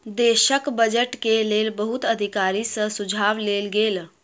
देशक बजट के लेल बहुत अधिकारी सॅ सुझाव लेल गेल